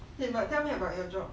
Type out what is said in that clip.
eh but tell me about your job